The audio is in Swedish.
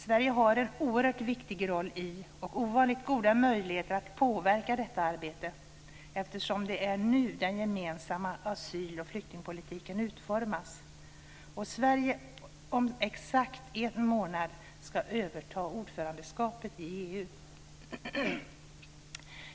Sverige har en oerhört viktig roll i och ovanligt goda möjligheter att påverka detta arbete, eftersom det är nu som den gemensamma asyl och flyktingpolitiken utformas. Sverige ska om exakt en månad överta ordförandeskapet i EU.